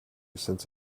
since